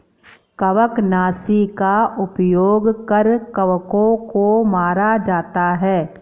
कवकनाशी का उपयोग कर कवकों को मारा जाता है